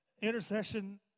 Intercession